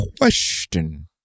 question